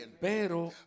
Pero